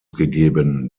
gegeben